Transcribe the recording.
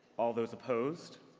all those opposed?